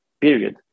period